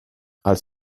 als